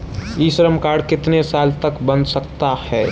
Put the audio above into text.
ई Shram card कितने साल तक बन सकता है?